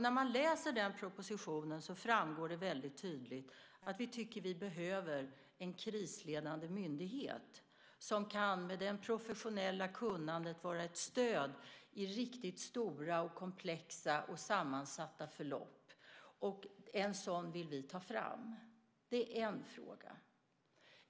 När man läser den propositionen framgår det väldigt tydligt att vi tycker att vi behöver en krisledande myndighet som med det professionella kunnandet kan vara ett stöd i riktigt stora, komplexa och sammansatta förlopp. En sådan vill vi ta fram. Det är en fråga.